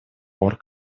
пор